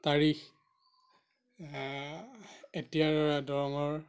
তাৰিখ এতিয়াৰ দৰঙৰ